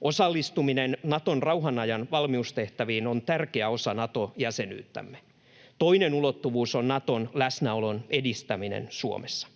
Osallistuminen Naton rauhanajan valmiustehtäviin on tärkeä osa Nato-jäsenyyttämme. Toinen ulottuvuus on Naton läsnäolon edistäminen Suomessa.